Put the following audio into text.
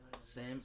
Sam